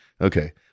Okay